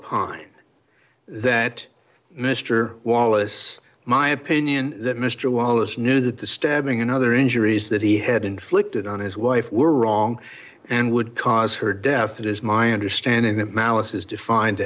opine that mr wallace my opinion that mr wallace knew that the stabbing and other injuries that he had inflicted on his wife were wrong and would cause her death it is my understanding that malice is defined